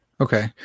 Okay